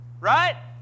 Right